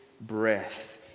breath